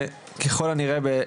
שככל הנראה,